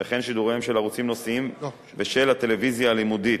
וכן שידוריהם של ערוצים נושאיים ושל הטלוויזיה הלימודית,